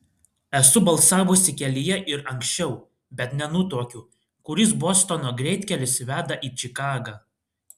esu balsavusi kelyje ir anksčiau bet nenutuokiu kuris bostono greitkelis veda į čikagą